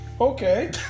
Okay